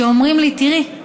שאומרים לי: תראי,